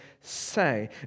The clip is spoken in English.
say